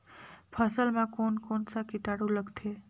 फसल मा कोन कोन सा कीटाणु लगथे?